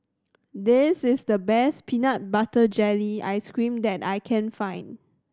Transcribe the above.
this is the best peanut butter jelly ice cream that I can find